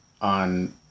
on